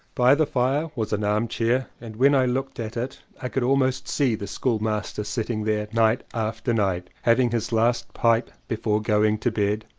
by the fire was an armchair and when i looked at it i could almost see the school master sitting there night after night having his last pipe before going to bed.